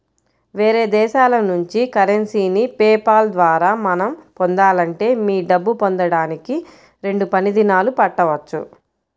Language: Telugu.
వేరే దేశాల నుంచి కరెన్సీని పే పాల్ ద్వారా మనం పొందాలంటే మీ డబ్బు పొందడానికి రెండు పని దినాలు పట్టవచ్చు